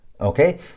Okay